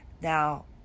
Now